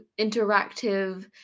interactive